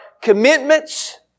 commitments